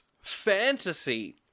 fantasy